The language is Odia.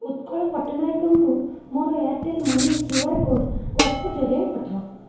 ଉତ୍କଳ ପଟ୍ଟନାୟକଙ୍କୁ ମୋର Airtel money Q R code WhatsApp ଜରିଆରେ ପଠାଅ